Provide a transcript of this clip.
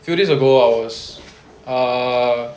few days ago I was err